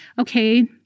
Okay